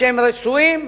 שהם רצויים,